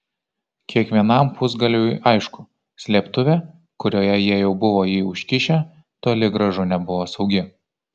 kiekvienam pusgalviui aišku slėptuvė kurioje jie jau buvo jį užkišę toli gražu nebuvo saugi